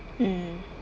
mm